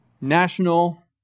national